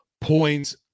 points